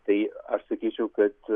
tai aš sakyčiau kad